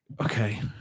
Okay